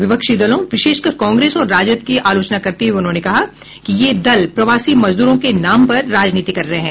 विपक्षी दलों विशेषकर कांग्रेस और राजद की आलोचना करते हुए उन्होंने कहा कि ये दल प्रवासी मजदूरों के नाम पर राजनीति कर रहे हैं